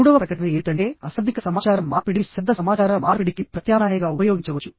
మూడవ ప్రకటన ఏమిటంటే అశాబ్దిక సమాచార మార్పిడిని శబ్ద సమాచార మార్పిడికి ప్రత్యామ్నాయంగా ఉపయోగించవచ్చు